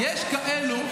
איך אתם לא מתביישים?